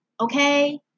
Okay